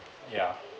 yeah